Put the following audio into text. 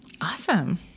Awesome